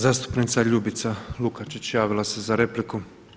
Zastupnica Ljubica Lukačić javila se za repliku.